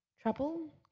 Trouble